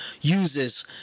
uses